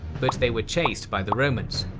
but they were chased by the romans.